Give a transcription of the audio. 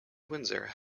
windsor